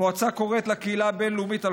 המועצה קוראת לקהילה הבין-לאומית על